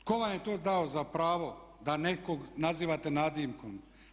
Tko vam je to dao za pravo da nekog nazivate nadimkom.